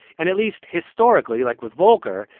and at least historically, like with volcker,